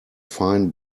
fine